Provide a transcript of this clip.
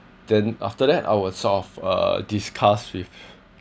then after that I will sort of uh discuss with